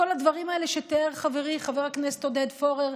כל הדברים האלה שתיאר חברי חבר הכנסת עודד פורר,